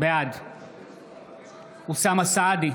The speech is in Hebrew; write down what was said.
בעד אוסאמה סעדי,